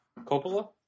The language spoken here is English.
Coppola